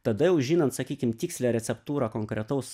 tada jau žinant sakykim tikslią receptūrą konkretaus